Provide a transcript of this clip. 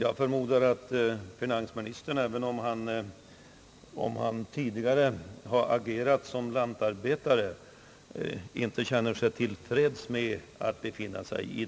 Även om finansministern tidigare har agerat som lantarbetare kan det se ut som om han inte kände sig helt till freds med